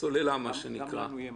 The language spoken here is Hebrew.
גם לנו יהיה מה להגיד.